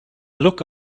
look